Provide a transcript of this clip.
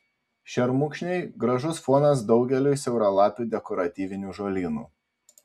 šermukšniai gražus fonas daugeliui siauralapių dekoratyvinių žolynų